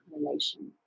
correlation